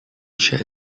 shared